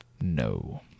no